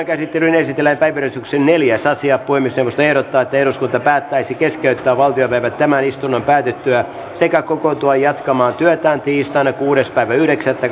käsittelyyn esitellään päiväjärjestyksen neljäs asia puhemiesneuvosto ehdottaa että eduskunta päättäisi keskeyttää valtiopäivät tämän istunnon päätyttyä sekä kokoontua jatkamaan työtään tiistaina kuudes yhdeksättä